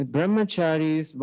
Brahmacharis